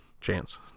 Chance